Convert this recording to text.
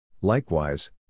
Likewise